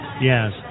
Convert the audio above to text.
Yes